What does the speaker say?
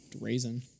raisin